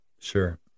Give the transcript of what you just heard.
Sure